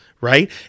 right